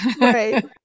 right